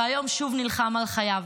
והיום שוב נלחם על חייו.